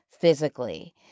physically